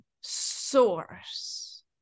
source